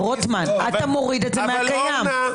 אתה מוריד את זה מהתקנות,